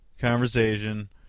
conversation